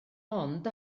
ond